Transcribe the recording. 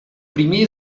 primer